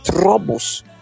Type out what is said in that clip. troubles